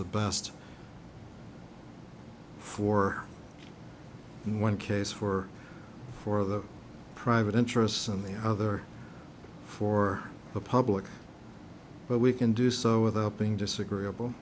the best for in one case for for the private interests and the other for the public but we can do so without being disagreeable